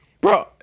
Bro